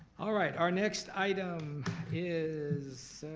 all right, our next item is,